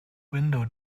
window